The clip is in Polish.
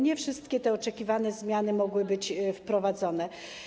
Nie wszystkie te oczekiwane zmiany mogły być wprowadzone.